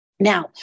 Now